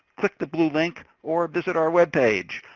click the blue link or visit our webpage.